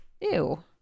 Ew